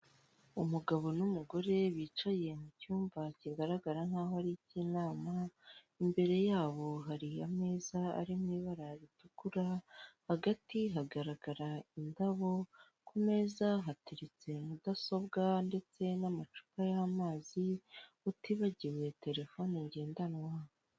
Tagisi vuwatire yo mu bwoko bwa yego kabusi ushobora guhamagara iriya nimero icyenda rimwe icyenda rimwe ikaza ikagutwara aho waba uherereye hose kandi batanga serivisi nziza n'icyombaziho .